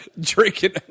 drinking